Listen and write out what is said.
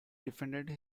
defended